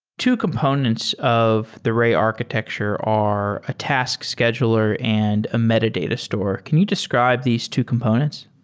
two components of the ray architecture are a task scheduler and a metadata store. can you describe these two components?